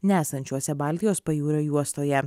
nesančiuose baltijos pajūrio juostoje